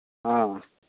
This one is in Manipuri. ꯑꯥ